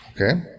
Okay